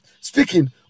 Speaking